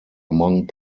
among